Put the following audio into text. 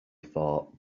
thought